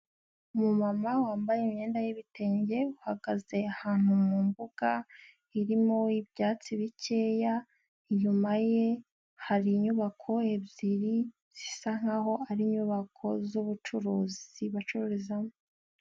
Umumama wambaye imyenda y'ibitenge, uhagaze ahantu mu mbuga irimo ibyatsi bikeya, inyuma ye hari inyubako ebyiri zisa nk'aho ari inyubako z'ubucuruzi bacururizamo.